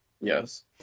Yes